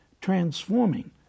transforming